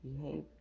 behavior